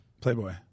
Playboy